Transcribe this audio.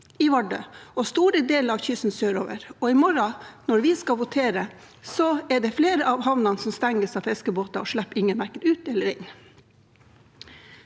i Vardø og langs store deler av kysten sørover. I morgen, når vi skal votere, sten ges flere av havnene av fiskebåter og slipper ingen verken ut eller inn.